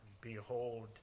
Behold